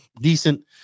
decent